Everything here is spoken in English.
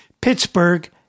Pittsburgh